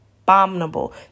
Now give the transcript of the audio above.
abominable